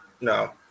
no